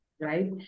right